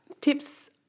tips